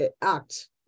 act